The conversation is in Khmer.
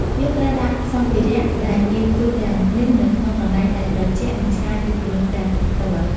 យើងត្រូវដាក់សម្ភារៈដែលងាយផ្ទុះទាំងនេះនៅក្នុងកន្លែងដែលត្រជាក់ និងឆ្ងាយពីពន្លឺព្រះអាទិត្យផ្ទាល់។